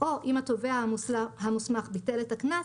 או אם התובע המוסמך ביטל את הקנס,